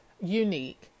unique